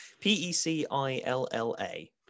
P-E-C-I-L-L-A